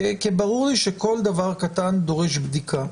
כי ברור לי שכל דבר קטן דורש בדיקה.